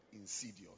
insidious